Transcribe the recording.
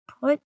put